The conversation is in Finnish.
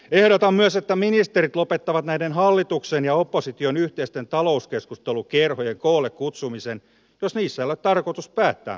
ehdotan myös että ministerit lopettavat näiden hallituksen ja opposition yhteisten talouskeskustelukerhojen koolle kutsumisen jos niissä ei ole tarkoitus päättää mistään